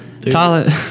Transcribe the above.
Tyler